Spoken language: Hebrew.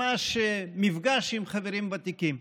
ממש מפגש עם חברים ותיקים.